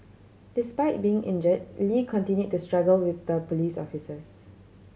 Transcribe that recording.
despite being injure Lee continue to struggle with the police officers